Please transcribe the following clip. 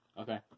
Okay